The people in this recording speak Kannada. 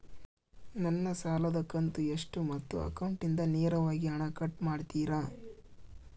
ನನ್ನ ಸಾಲದ ಕಂತು ಎಷ್ಟು ಮತ್ತು ಅಕೌಂಟಿಂದ ನೇರವಾಗಿ ಹಣ ಕಟ್ ಮಾಡ್ತಿರಾ?